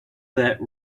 that